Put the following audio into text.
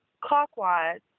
clockwise